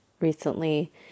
recently